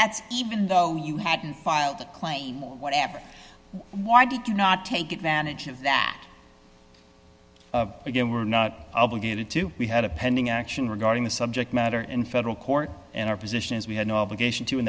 that's even though you hadn't filed that claim whatever why did you not take advantage of that again we're not obligated to we had a pending action regarding the subject matter in federal court and our position is we have no obligation to